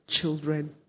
children